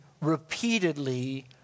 repeatedly